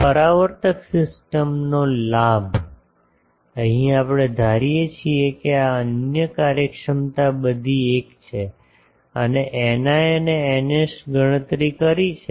આ પરાવર્તક સિસ્ટમનો લાભ અહીં આપણે ધારીએ છીએ કે અન્ય કાર્યક્ષમતા બધી 1 છે અમે ηi અને ηs ગણતરી કરી છે